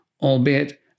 albeit